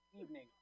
evening